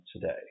today